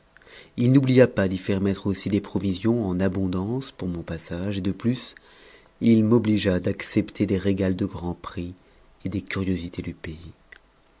h n'oublia pas d'y faire mettre aussi des provisions en abondance pour mon passage et de plus il m'obligea d'accepter des régals de grands p x et des curiosités du pays